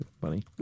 funny